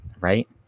Right